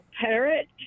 parrot